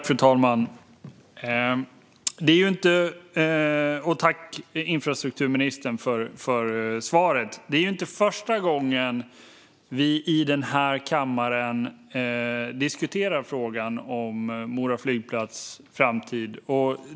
Fru talman! Tack, infrastrukturministern, för svaret! Det är ju inte första gången vi i denna kammare diskuterar frågan om Mora flygplats framtid.